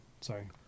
Sorry